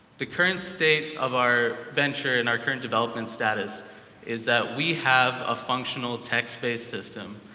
the current state of our venture and our current-development status is that we have a functional text-based system,